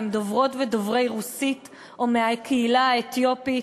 הם דוברות ודוברי רוסית או מהקהילה האתיופית,